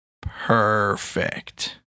perfect